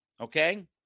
okay